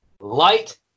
Light